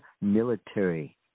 military